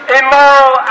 immoral